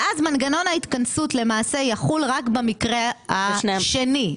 מנגנון ההתכנסות למעשה יחול רק במקרה השני,